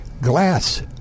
glass